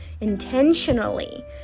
intentionally